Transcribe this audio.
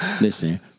Listen